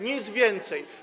Nic więcej.